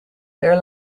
their